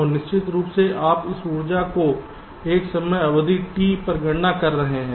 और निश्चित रूप से आप इस ऊर्जा को एक समय अवधि T पर गणना कर रहे हैं